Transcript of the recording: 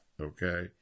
okay